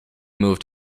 moved